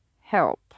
help